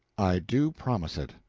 i do promise it.